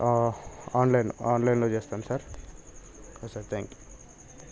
online ఆన్లైన్లో చేస్తాం sir okay sir thank you